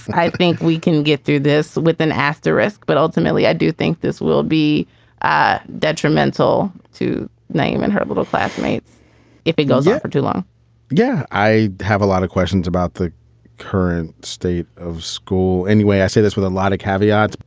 um i think we can get through this with an asterisk. but ultimately, i do think this will be detrimental to name and her little classmates if it goes yeah too long yeah, i have a lot of questions about the current state of school. anyway, i say this with a lot of caveats.